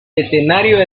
escenario